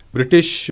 British